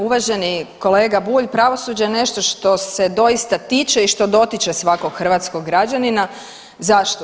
Uvaženi kolega Bulj, pravosuđe je nešto što se doista tiče i što dotiče svakog hrvatskog građanina, zašto?